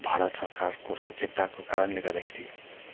भारत सरकारको सचेतताको कारणले गर्दाखेरि